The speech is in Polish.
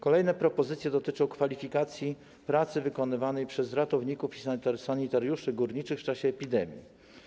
Kolejne propozycje dotyczą kwalifikacji pracy wykonywanej przez ratowników i sanitariuszy górniczych w czasie epidemii.